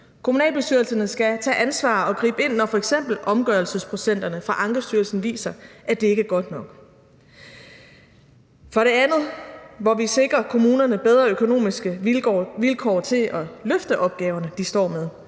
Kommunalbestyrelserne skal tage ansvar og gribe ind, når f.eks. omgørelsesprocenterne fra Ankestyrelsen viser, at det ikke er godt nok. For det andet skal vi sikre kommunerne bedre økonomiske vilkår til at løfte de opgaver, de står med.